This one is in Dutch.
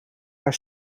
haar